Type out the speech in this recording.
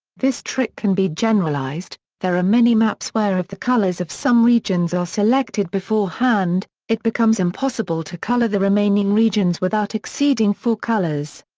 this trick can be generalized there are many maps where if the colors of some regions are selected beforehand, it becomes impossible to color the remaining regions without exceeding four colors.